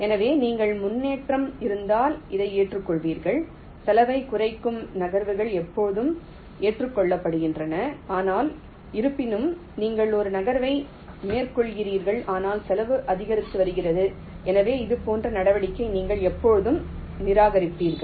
எனவே நீங்கள் முன்னேற்றம் இருந்தால் அதை ஏற்றுக்கொள்கிறீர்கள் செலவைக் குறைக்கும் நகர்வுகள் எப்போதும் ஏற்றுக்கொள்ளப்படுகின்றன ஆனால் இருப்பினும் நீங்கள் ஒரு நகர்வை மேற்கொள்கிறீர்கள் ஆனால் செலவு அதிகரித்து வருகிறது எனவே இதுபோன்ற நடவடிக்கையை நீங்கள் எப்போதும் நிராகரிப்பீர்கள்